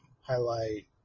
highlight